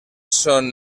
son